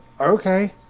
okay